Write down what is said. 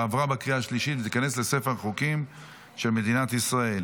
עברה בקריאה השלישית ותיכנס לספר החוקים של מדינת ישראל.